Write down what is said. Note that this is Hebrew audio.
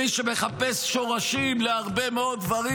מי שמחפש שורשים להרבה מאוד דברים,